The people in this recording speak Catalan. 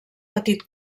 petit